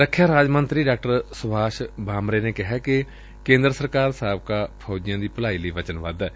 ਰਖਿਆ ਰਾਜ ਮੰਤਰੀ ਡਾ ਸੁਭਾਸ਼ ਭਾਮਰੇ ਨੇ ਕਿਹੈ ਕਿ ਕੇਦਰ ਸਰਕਾਰ ਸਾਬਕਾ ਫੌਜੀਆ ਦੀ ਭਲਾਈ ਲਈ ਵਚਨਬੱਧ ਏ